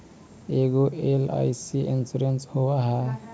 ऐगो LIC insurance होव है?